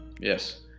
Yes